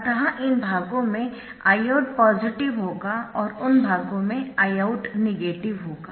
अत इन भागों में Iout पॉजिटिव होगा और उन भागों में Iout नेगेटिव होगा